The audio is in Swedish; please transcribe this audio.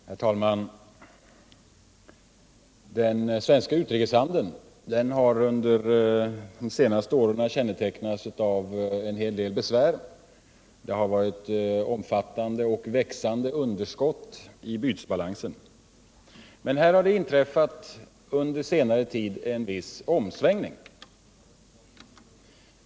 Herr talman! Den svenska utrikeshandeln har under de senaste åren kännetecknats av en hel del problem. Det har varit omfattande och växande underskott i bytesbalansen. Men under senare tid har det inträffat en viss omsvängning.